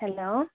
hello